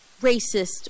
racist